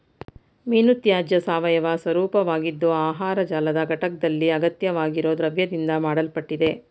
ಮೀನುತ್ಯಾಜ್ಯ ಸಾವಯವ ಸ್ವರೂಪವಾಗಿದ್ದು ಆಹಾರ ಜಾಲದ ಘಟಕ್ದಲ್ಲಿ ಅಗತ್ಯವಾಗಿರೊ ದ್ರವ್ಯದಿಂದ ಮಾಡಲ್ಪಟ್ಟಿದೆ